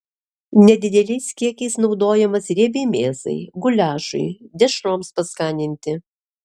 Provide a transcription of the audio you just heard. nedideliais kiekiais naudojamas riebiai mėsai guliašui dešroms paskaninti